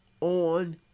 on